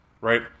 right